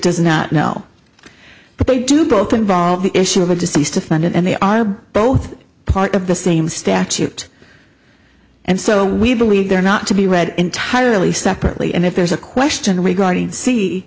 does not know but they do both involve the issue of a deceased defendant and they are both part of the same statute and so we believe they're not to be read entirely separately and if there's a question